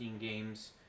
games